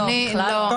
בכלל לא.